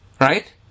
Right